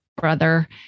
brother